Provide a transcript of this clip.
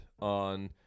on